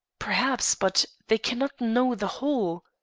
perhaps but they cannot know the whole.